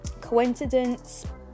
Coincidence